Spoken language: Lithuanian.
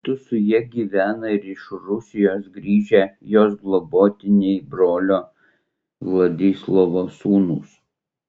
kartu su ja gyvena ir iš rusijos grįžę jos globotiniai brolio vladislovo sūnūs